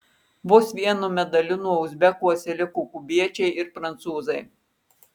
vos vienu medaliu nuo uzbekų atsiliko kubiečiai ir prancūzai